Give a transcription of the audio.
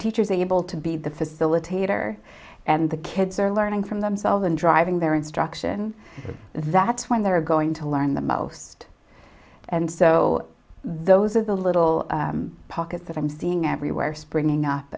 teacher is able to be the facilitator and the kids are learning from themselves and driving their instruction zaps when they're going to learn the most and so those are the little pockets that i'm seeing everywhere springing up